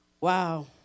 Wow